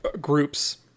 groups